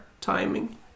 timing